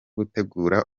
gutegura